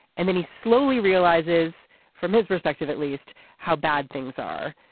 and then he slowly realizes from his perspective at least how bad things are.